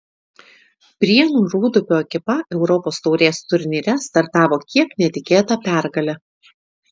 prienų rūdupio ekipa europos taurės turnyre startavo kiek netikėta pergale